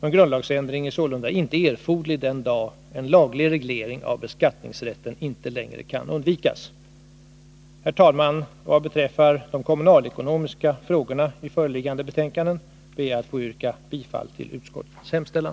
En grundlagsändring är sålunda inte erforderlig den dag en laglig reglering av beskattningsrätten inte längre kan undvikas. Herr talman! Vad beträffar de kommunalekonomiska frågorna i föreliggande betänkanden ber jag att få yrka bifall till utskottets hemställan.